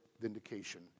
vindication